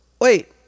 Wait